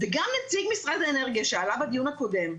גם נציג משרד האנרגיה שעלה בדיון הקודם,